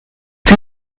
die